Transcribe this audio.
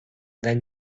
then